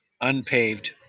unpaved